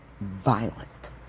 violent